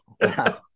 Wow